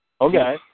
Okay